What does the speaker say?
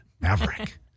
Maverick